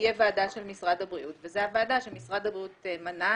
שתהיה ועדה של משרד הבריאות וזו הוועדה שמשרד הבריאות מנה,